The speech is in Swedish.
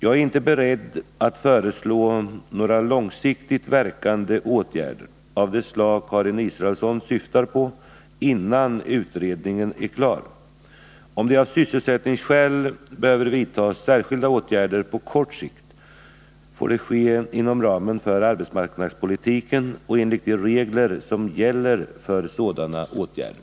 Jag är inte beredd att föreslå några långsiktigt verkande åtgärder av det slag Karin Israelsson syftar på innan utredningen är klar. Om det av sysselsättningsskäl behöver vidtas särskilda åtgärder på kort sikt, får det ske inom ramen för arbetsmarknadspolitiken och enligt de regler som gäller för sådana åtgärder.